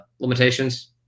limitations